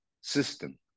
system